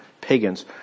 pagans